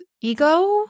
ego